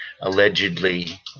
allegedly